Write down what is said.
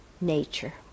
nature